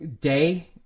day